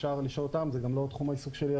אפשר לשאול אותם וזה גם לא תחום העיסוק שלי.